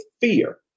fear